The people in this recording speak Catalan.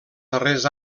darrers